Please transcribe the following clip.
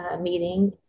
meeting